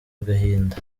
agahinda